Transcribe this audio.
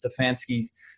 Stefanski's